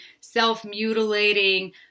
self-mutilating